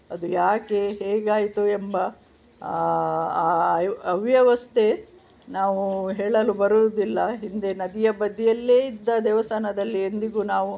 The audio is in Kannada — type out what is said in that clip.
ಅದು ಯಾಕೆ ಹೇಗಾಯಿತು ಎಂಬ ಅವ್ಯವಸ್ಥೆ ನಾವು ಹೇಳಲು ಬರುವುದಿಲ್ಲ ಹಿಂದೆ ನದಿಯ ಬದ್ದಿಯಲ್ಲೇ ಇದ್ದ ದೇವಸ್ಥಾನದಲ್ಲಿ ಎಂದಿಗೂ ನಾವು